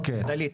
דלית.